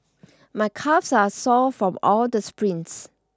my calves are sore from all the sprints